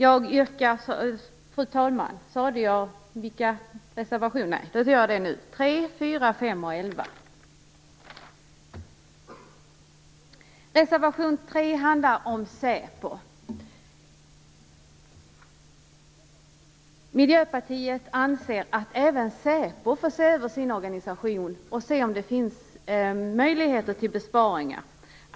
Jag yrkar bifall till reservationerna 3, 4, 5 och 11. Reservation 3 handlar om SÄPO. Miljöpartiet anser att även SÄPO måste se över sin organisation och se om det finns möjligheter till besparingar.